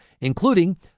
including